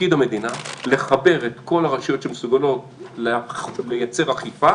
תפקיד המדינה לחבר את כל הרשויות שמסוגלות לייצר אכיפה